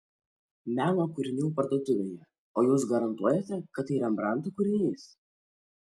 meno kūrinių parduotuvėje o jūs garantuojate kad tai rembrandto kūrinys